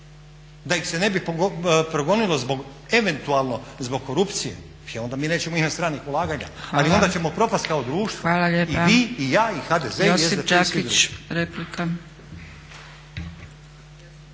da ih se ne bi progonilo zbog, eventualno zbog korupcije, onda mi nećemo imati stranih ulaganja, ali onda ćemo propasti kao društvo i vi i ja i HDZ i SDP i svi drugi.